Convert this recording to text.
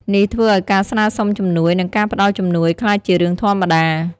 នេះធ្វើឲ្យការស្នើសុំជំនួយ និងការផ្តល់ជំនួយក្លាយជារឿងធម្មតា។